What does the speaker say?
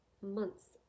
months